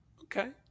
Okay